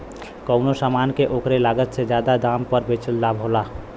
कउनो समान के ओकरे लागत से जादा दाम पर बेचना लाभ होला